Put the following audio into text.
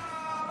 קיצצו את,